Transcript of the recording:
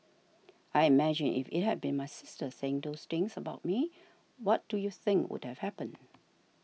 I imagine if it had been my sister saying those things about me what do you think would have happened